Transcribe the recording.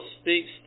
speaks